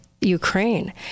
Ukraine